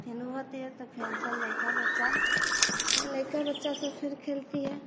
फेन होती है त फिर सब लईका बच्चा फिर लईका बच्चा से फिर खेलती है